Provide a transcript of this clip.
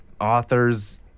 authors